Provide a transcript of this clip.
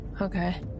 Okay